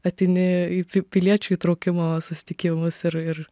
ateini į į piliečių įtraukimo susitikimus ir ir